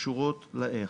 שקשורות ל-איך.